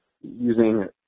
using –